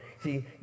See